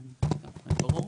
ברור?